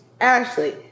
Ashley